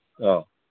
ꯑꯧ